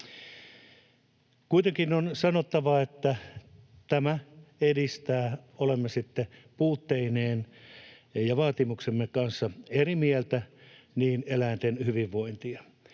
Kuitenkin on sanottava, että tämä edistää — olemme sitten puutteista ja vaatimuksista eri mieltä — eläinten hyvinvointia.